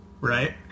right